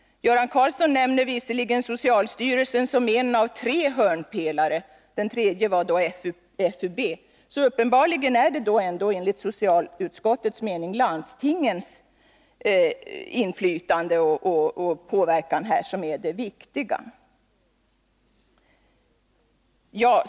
Göran Karlsson nämnde visserligen socialstyrelsen som en av tre hörnpelare — den tredje var då FUB. Uppenbarligen är det då enligt socialutskottets mening landstingens inflytande och påverkan som är det viktiga.